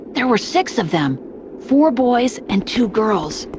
there were six of them four boys and two girls.